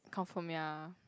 confirm ya